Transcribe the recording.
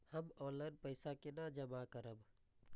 हम ऑनलाइन पैसा केना जमा करब?